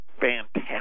fantastic